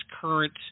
current